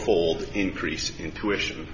fold increase in tuition